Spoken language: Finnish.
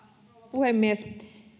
puhemies